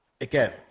Again